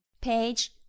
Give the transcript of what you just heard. Page